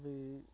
అవి